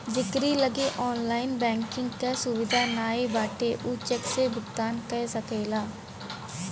जेकरी लगे online banking कअ सुविधा नाइ बाटे उ चेक से भुगतान कअ सकेला